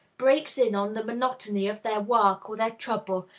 breaks in on the monotony of their work or their trouble,